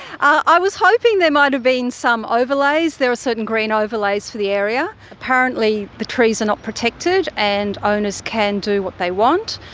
i was hoping there might have been some overlays. there are certain green overlays for the area. apparently the trees are not protected and owners can do what they want.